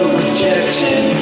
rejection